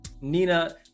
Nina